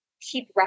keep